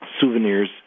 souvenirs